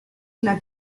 una